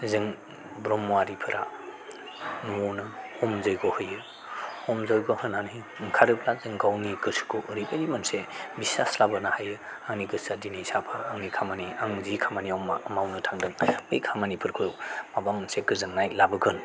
जों ब्रह्मआरिफोरा न'आवनो हम जैग'होनाय होयो हम जैग' होनानै ओंखारोब्ला जों गावनि गोसोखौ ओरैबायदि मोनसे बिसास लाबोनो हायो आंनि गोसोआ दिनै साफा आंनि खामानि आं जि खामानिआव मावनो थांदों बे खामानिफोरखौ मोनसे गोजोननाय लाबोगोन